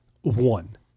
one